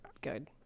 good